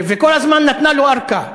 וכל הזמן נתנה לו ארכה.